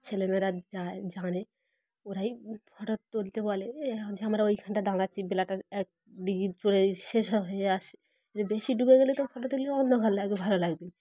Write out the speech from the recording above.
ছেলেমেয়েরা যায় জানে ওরাই ফটো তুলতে বলে এ যে আমরা ওইখানটা দাঁড়াচ্ছি বেলাটা একদিকে চড়ে শেষ হয়ে আসে বেশি ডুবে গেলে তো ফটো তুললে অন্ধকার লাগবে ভালো লাগবে না